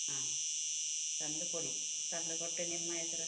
ಹಾಂ ತಂದು ಕೊಡಿ ತಂದು ಕೊಟ್ಟು ನಿಮ್ಮ ಹೆಸರು